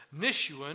Nishuan